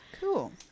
cool